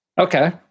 Okay